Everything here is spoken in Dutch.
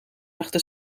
achter